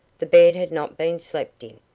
the bed had not been slept in.